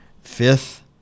fifth